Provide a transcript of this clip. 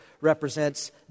represents